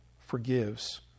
forgives